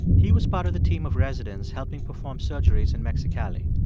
he was part of the team of residents helping perform surgeries in mexicali.